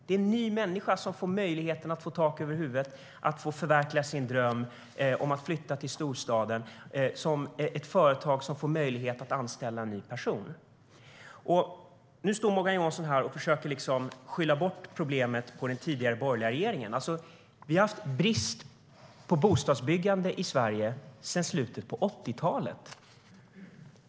En annan människa får då möjlighet att få tak över huvudet eller att förverkliga sin dröm om att flytta till storstaden. Det kan också leda till att ett företag får möjlighet att anställa en ny person. Nu försöker Morgan Johansson skylla ifrån sig på den tidigare borgerliga regeringen. Det har varit brist på bostadsbyggande i Sverige sedan slutet av 80-talet.